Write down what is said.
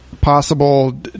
possible